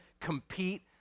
compete